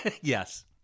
Yes